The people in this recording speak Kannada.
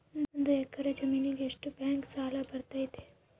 ಒಂದು ಎಕರೆ ಜಮೇನಿಗೆ ಎಷ್ಟು ಬ್ಯಾಂಕ್ ಸಾಲ ಬರ್ತೈತೆ?